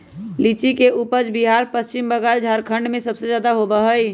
लीची के उपज बिहार पश्चिम बंगाल झारखंड में सबसे ज्यादा होबा हई